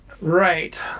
Right